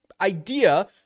idea